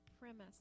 premise